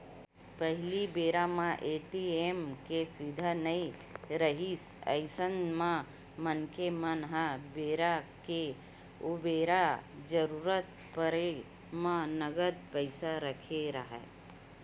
पहिली बेरा म ए.टी.एम के सुबिधा नइ रिहिस अइसन म मनखे मन ह बेरा के उबेरा जरुरत पड़े म नगद पइसा रखे राहय